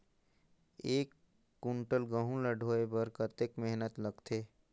एक कुंटल गहूं ला ढोए बर कतेक मेहनत लगथे?